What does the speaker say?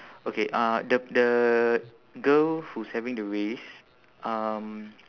okay uh the the girl who's having the race um